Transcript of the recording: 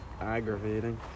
aggravating